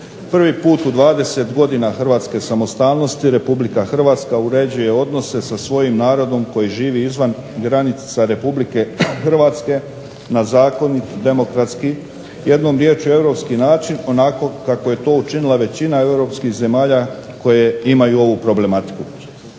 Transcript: Prvi put u 20 godina hrvatske samostalnosti Republika Hrvatska uređuje odnose sa svojim narodom koji živi izvan granica Republike Hrvatske na zakonit, demokratski, jednom riječju europski način, onako kako je to učinila većina europskih zemalja koje imaju ovu problematiku.